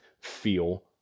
feel